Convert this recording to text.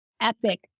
epic